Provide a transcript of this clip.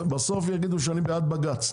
בסוף יגידו שאני בעד בג"ץ.